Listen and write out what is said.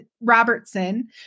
Robertson